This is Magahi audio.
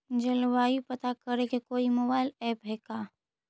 जलवायु पता करे के कोइ मोबाईल ऐप है का?